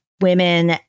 women